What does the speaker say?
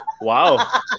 wow